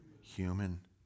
human